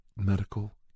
medical